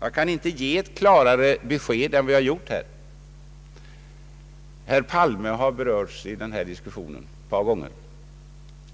Jag kan inte ge klarare besked än jag här har gjort. Herr Palme har berörts ett par gånger i denna diskussion.